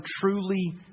truly